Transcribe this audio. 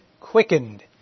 quickened